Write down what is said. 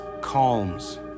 calms